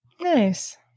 Nice